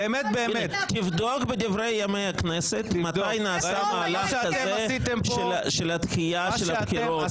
תבדוק בדברי ימי הכנסת מתי נעשה מהלך כזה של הדחייה של הבחירות.